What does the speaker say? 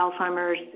Alzheimer's